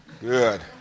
Good